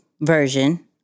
version